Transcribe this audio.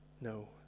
No